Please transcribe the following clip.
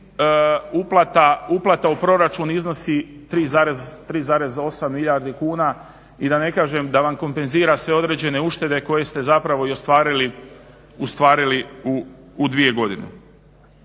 uplata u proračun iznosi 3,8 milijardi kuna i da ne kažem da vam kompenzira sve određene uštede koje ste zapravo i ostvarili u dvije godine.